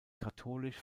katholisch